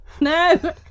No